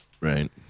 Right